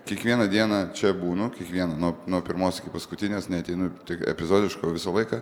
kiekvieną dieną čia būnu kiekvieną nuo nuo pirmos iki paskutinės neateinu tik epizodiškai o visą laiką